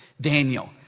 Daniel